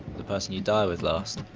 the person you die with last.